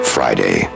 Friday